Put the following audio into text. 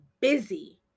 busy